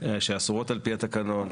שאסורות על פי התקנון,